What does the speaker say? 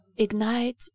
Ignite